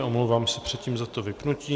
A omlouvám se předtím za to vypnutí.